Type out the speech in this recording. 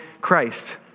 Christ